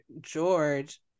George